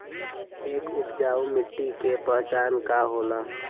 एक उपजाऊ मिट्टी के पहचान का होला?